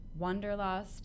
Wonderlust